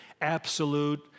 absolute